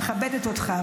מכבדת אותך,